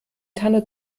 tanne